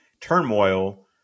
turmoil